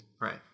right